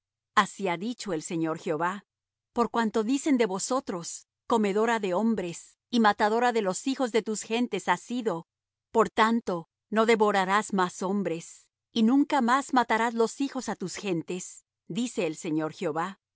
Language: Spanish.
así ha dicho el señor jehová por cuanto dicen de vosotros comedora de hombres y matadora de los hijos de tus gentes has sido por tanto no devorarás más hombres y nunca más matarás los hijos á tus gentes dice el señor jehová